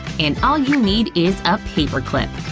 and all you need is a paperclip!